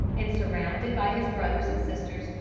and surrounded by his brothers and sisters,